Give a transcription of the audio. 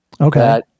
Okay